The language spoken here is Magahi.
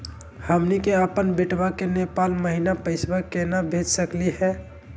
हमनी के अपन बेटवा क नेपाल महिना पैसवा केना भेज सकली हे?